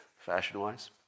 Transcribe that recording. fashion-wise